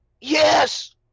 Yes